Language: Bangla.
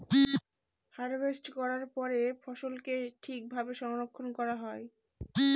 হারভেস্ট করার পরে ফসলকে ঠিক ভাবে সংরক্ষন করা হয়